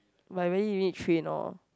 but really you need to train lor